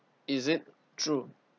is it true